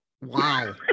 Wow